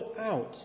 out